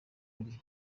kuri